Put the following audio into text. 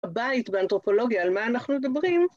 הבית באנתרופולוגיה, על מה אנחנו מדברים?